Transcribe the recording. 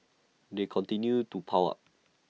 they continue to pile up